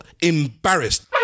embarrassed